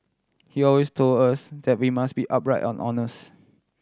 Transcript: he always told us that we must be upright and honest